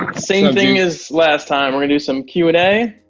same thing as last time. we're gonna do some q and a.